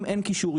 אם אין קישוריות,